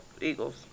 Eagles